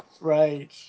Right